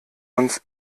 uns